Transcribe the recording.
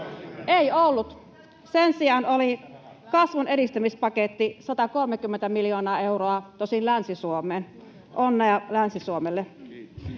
Ei ollut. Sen sijaan oli kasvun edistämispaketti, 130 miljoonaa euroa, tosin Länsi-Suomeen. Onnea Länsi-Suomelle!